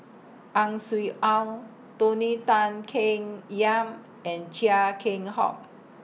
Ang Swee Aun Tony Tan Keng Yam and Chia Keng Hock